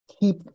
keep